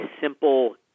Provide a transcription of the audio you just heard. simple